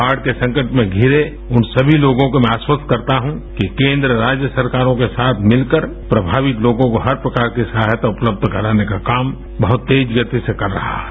बाढ़ के संकट में घिरे उन सभी लोगों को मैं आश्वस्त करता हूं कि केंद्र राज्य सरकारों के साथ मिलकर प्रभावित लोगों को हर प्रकार की सहायता उपलब्ध कराने का काम बहुत तेज गति से कर रहा है